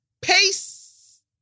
Peace